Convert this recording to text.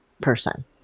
person